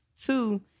Two